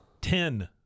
Ten